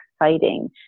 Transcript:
exciting